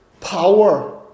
power